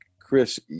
Chris